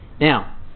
Now